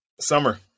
Summer